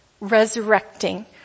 resurrecting